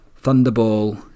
Thunderball